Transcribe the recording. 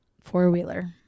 four-wheeler